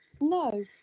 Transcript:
no